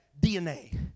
DNA